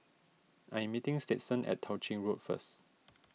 I am meeting Stetson at Tao Ching Road first